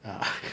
ah